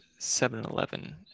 7-Eleven